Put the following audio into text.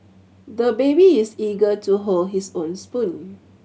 the baby is eager to hold his own spoon